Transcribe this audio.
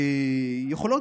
יכולות,